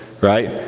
right